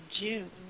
June